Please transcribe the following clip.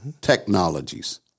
Technologies